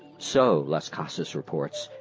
so, las casas reports,